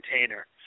container